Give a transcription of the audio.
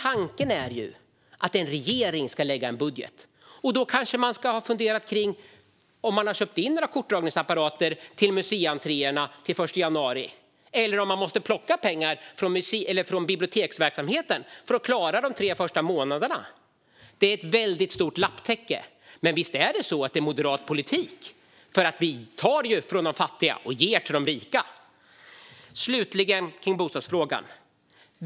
Tanken är ju att en regering ska lägga fram en budget, och då borde man ha funderat kring om man till den 1 januari har köpt in några kortdragningsapparater till museientréerna eller om man måste plocka pengar från biblioteksverksamheten för att klara de tre första månaderna. Det är ett väldigt stort lapptäcke, men visst är det moderat politik. Ni tar ju från de fattiga och ger till de rika. Slutligen vill jag ta upp bostadsfrågan.